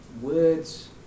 Words